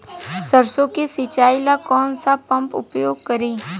सरसो के सिंचाई ला कौन सा पंप उपयोग करी?